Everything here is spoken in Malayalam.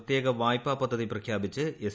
പ്രത്യേക വായ്പാ പദ്ധതി പ്രഖ്യാപിച്ച് എസ്